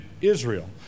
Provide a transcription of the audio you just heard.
Israel